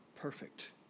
perfect